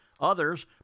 Others